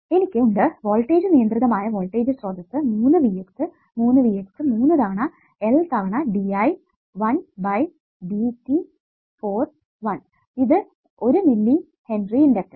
എനിക്ക് ഉണ്ട് വോൾടേജ് നിയന്ത്രിതമായ വോൾടേജ് സ്രോതസ്സ് 3 V x 3 V x 3 തവണ L തവണ dI 1 ബൈ dt ഫോർ 1 ഇത് 1 മില്ലി ഹെൻറി ഇണ്ടക്ടർസ്